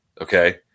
okay